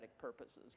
purposes